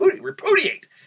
repudiate